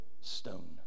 stone